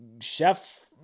chef